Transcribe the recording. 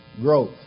growth